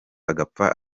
agapfa